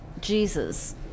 Jesus